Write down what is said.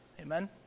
Amen